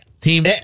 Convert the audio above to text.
team